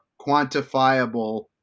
quantifiable